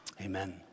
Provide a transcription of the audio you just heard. Amen